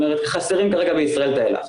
חסרים כרגע בישראל תאי לחץ,